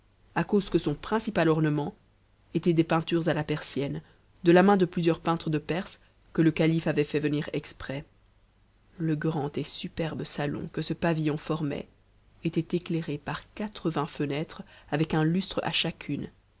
à cause que son principal orne'ucnt était des peintures à la persienne de la main de plusieurs peintres de perse que le calife avait fait venir exprès le grand et superbe salon ne ce pavillon formait était éclairé par quatre-vingts fenêtres avec un lustre à chacune